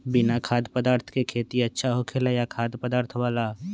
बिना खाद्य पदार्थ के खेती अच्छा होखेला या खाद्य पदार्थ वाला?